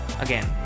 Again